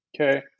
Okay